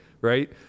right